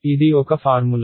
ఇది ఒక ఫార్ములా